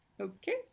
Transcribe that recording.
okay